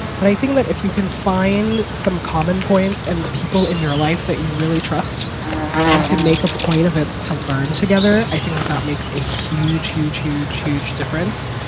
but i think that if you can find some common points and people in your life that you really trust and to make a point of it to learn together, i think that that makes a huge, huge, huge, huge difference.